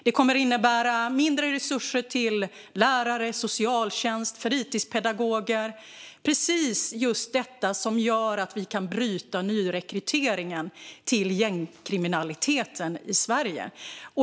Det kommer att innebära mindre resurser till lärare, socialtjänst och fritidspedagoger - precis det som gör att vi kan bryta nyrekryteringen till gängkriminaliteten i Sverige.